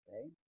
Okay